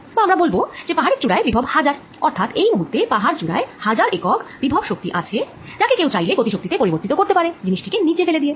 বা আমরা বলব যে পাহাড়ের চুড়ায় বিভব 1000 অর্থাৎ এই মুহূর্তে পাহার চুড়ায় 1000 একক বিভব শক্তি আছে যাকে কেউ ছাইলে গতি শক্তি তে পরিবর্তিত করতে পারে জিনিষটি কে নীচে ফেলে দিয়ে